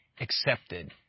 accepted